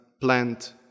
plant